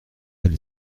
elle